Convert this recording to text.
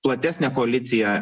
platesnę koaliciją